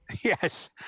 Yes